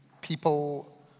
people